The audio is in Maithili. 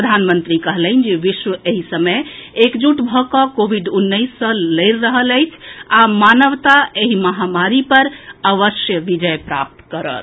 प्रधानमंत्री कहलनि जे विश्व एहि समय एकजुट भऽ कऽ कोविड उन्नैस सँ लड़ि रहल अछि आ मानवता एहि महामारी पर अवश्य विजय प्राप्त करत